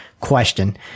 question